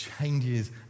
changes